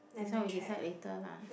this one we decide later lah